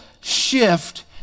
shift